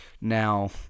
Now